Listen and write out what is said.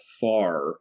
far